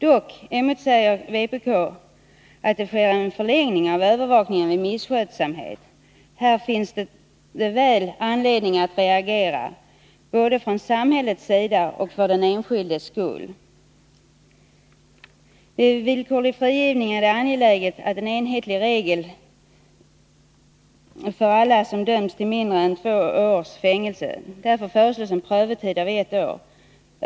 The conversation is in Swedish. Dock motsätter sig vpk att det sker en förlängning av övervakningen vid misskötsamhet. Här finns det väl anledning att reagera från samhällets sida för den enskildes skull. Vid villkorlig frigivning är det angeläget att få en enhetlig regel för alla som dömts till mindre än två års fängelse. Därför föreslås en prövotid av ett år.